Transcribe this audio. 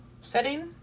setting